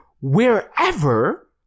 wherever